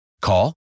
Call